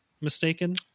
mistaken